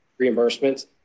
reimbursements